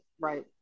right